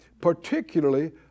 particularly